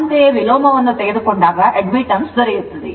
ಅಂತೆಯೇ ವಿಲೋಮವನ್ನು ತೆಗೆದುಕೊಂಡಾಗ admittance ದೊರೆಯುತ್ತದೆ